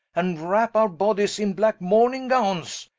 and wrap our bodies in blacke mourning gownes,